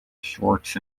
shorts